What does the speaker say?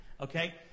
Okay